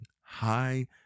high